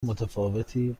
متفاوتی